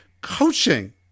coaching